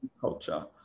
culture